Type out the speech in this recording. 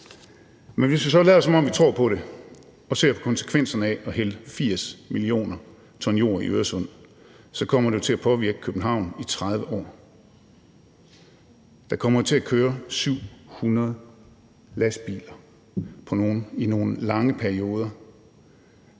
Men hvis vi så lader, som om vi tror på det, og ser på konsekvenserne af at hælde 80 mio. t jord i Øresund, så kommer det jo til at påvirke København i 30 år. Der kommer i nogle lange perioder